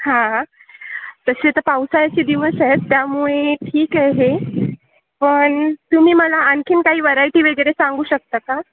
हां तसे तर पावसाळ्याचे दिवस आहेत त्यामुळे ठीक आहे पण तुम्ही मला आणखीन काही वरायटी वगैरे सांगू शकता का